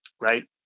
right